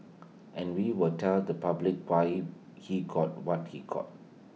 and we will tell the public why he got what he got